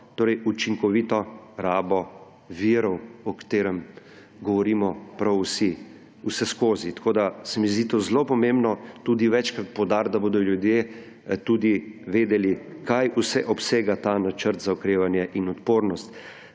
torej učinkovito rabo virov, o čemer govorimo prav vsi vseskozi. Tako se mi zdi to zelo pomembno tudi večkrat poudariti, da bodo ljudje vedeli, kaj vse obsega Načrt za okrevanje in odpornost.